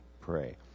pray